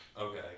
Okay